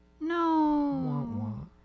No